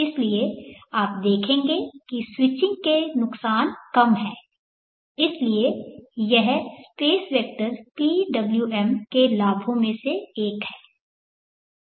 इसलिएआप देखेंगे कि स्विचिंग के नुकसान कम हैं इसलिए यह स्पेस वेक्टर PWM के लाभों में से एक है